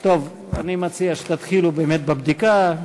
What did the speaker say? אני מציע שתתחילו באמת בבדיקה.